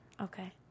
okay